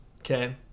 okay